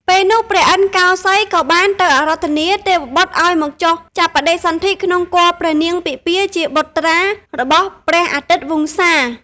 ពេលនោះព្រះឥន្ទកោសីយក៏បានទៅអារាធនាទេវបុត្រឱ្យមកចុះចាប់បដិសន្ធិក្នុងគភ៌ព្រះនាងពិម្ពាជាបុត្រារបស់ព្រះអាទិត្យវង្សា។